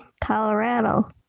Colorado